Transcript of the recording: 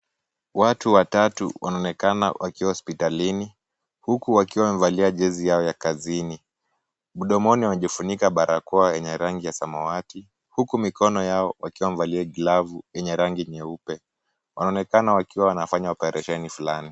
Watu watatu wanaonekana wakiwa hospitalini, huku wakiwa wamevalia jezi yao ya kazini. Mdomoni wamejifunika barakoa yenye rangi ya samawati, huku mikono yao wakiwa wamevalia glavu yenye rangi nyeupe. Wanaonekana wakiwa wanafanya operation fulani.